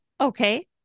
Okay